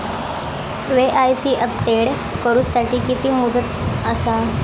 KYC update करू साठी किती मुदत आसा?